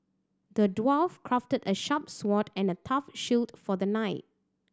the dwarf crafted a sharp sword and a tough shield for the knight